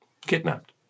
kidnapped